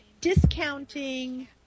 discounting